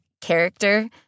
character